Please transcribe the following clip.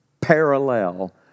parallel